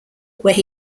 where